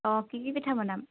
অঁ কি কি পিঠা বনাম